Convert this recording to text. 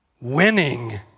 winning